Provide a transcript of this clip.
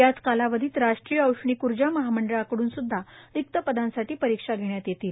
याच कालावधीत राष्ट्रीय औष्णिक ऊर्जा महामंडळाकडून सुद्धा रिक्त पदांसाठी परीक्षा परीक्षा घेण्यात येतील